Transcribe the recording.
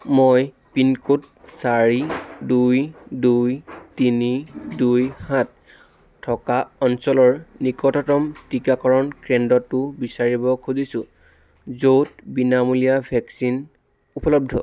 মই পিনক'ড চাৰি দুই দুই তিনি দুই সাত থকা অঞ্চলৰ নিকটতম টিকাকৰণ কেন্দ্ৰটো বিচাৰিব খুজিছোঁ য'ত বিনামূলীয়া ভেকচিন উপলব্ধ